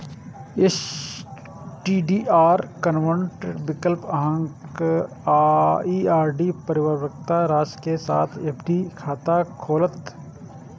STDR convert विकल्प अहांक ई आर.डी परिपक्वता राशि के साथ एफ.डी खाता खोलत